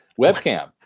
webcam